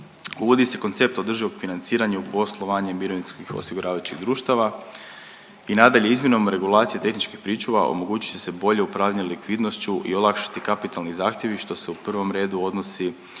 Uvodi se koncept održivog financiranja u poslovanje mirovinskih osiguravajućih društava i nadalje izmjenom regulacije tehničkih pričuva omogućit će se bolje upravljanje likvidnošću i olakšati kapitalni zahtjevi, što se u prvom redu odnosi